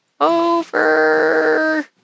over